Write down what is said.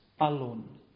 alone